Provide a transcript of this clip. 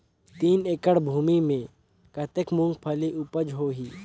तीन एकड़ भूमि मे कतेक मुंगफली उपज होही?